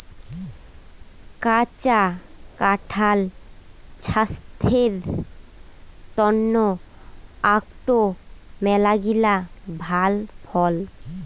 কাঁচা কাঁঠাল ছাস্থের তন্ন আকটো মেলাগিলা ভাল ফল